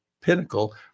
pinnacle